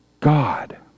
God